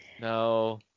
No